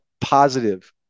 positive